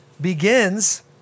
begins